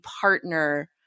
partner